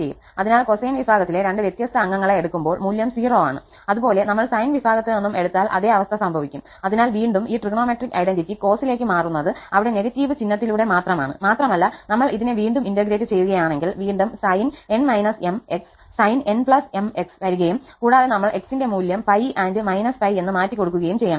അതിനാൽ കൊസൈൻ വിഭാഗത്തിലെ രണ്ട് വ്യത്യസ്ത അംഗങ്ങളെ എടുക്കുമ്പോൾ മൂല്യം 0 ആണ് അതുപോലെ നമ്മൾ സൈൻ വിഭാഗത്തിൽ നിന്നും എടുത്താൽ അതേ അവസ്ഥ സംഭവിക്കും അതിനാൽ വീണ്ടും ഈ ട്രിഗണോമെട്രിക് ഐഡന്റിറ്റി കോസിലേക്ക് മാറുന്നത് അവിടെ നെഗറ്റീവ് ചിഹ്നത്തിലൂടെ മാത്രമാണ് മാത്രമല് നമ്മൾ ഇതിനെ വീണ്ടും ഇന്റഗ്രേറ്റ് ചെയ്യുകയാണെങ്കിൽ വീണ്ടും sin𝑛 − 𝑚 𝑥 sin𝑛 𝑚 𝑥 വരികയും കൂടാതെ നമ്മൾ 𝑥 ന്റെ മൂല്യം 𝜋 −𝜋 എന്ന് മാറ്റികൊടുക്കുകയും ചെയ്യണം